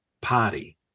party